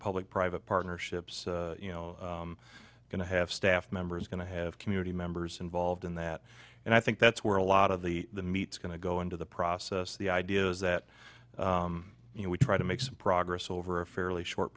public private partnerships you know going to have staff members going to have community members involved in that and i think that's where a lot of the the meat going to go into the process the idea is that you know we try to make some progress over a fairly short